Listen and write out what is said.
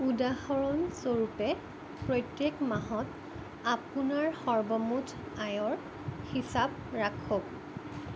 উদাহৰণস্বৰূপে প্ৰত্যেক মাহত আপোনাৰ সৰ্বমুঠ আয়ৰ হিচাপ ৰাখক